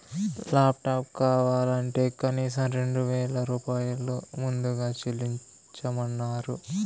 laptop కావాలంటే కనీసం రెండు వేల రూపాయలు ముందుగా చెల్లించమన్నరు